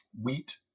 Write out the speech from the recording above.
wheat